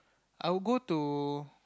I would go to